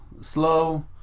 slow